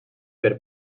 per